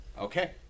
Okay